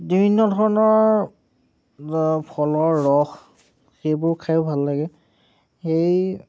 বিভিন্ন ধৰণৰ ফলৰ ৰস সেইবোৰ খাইও ভাল লাগে এই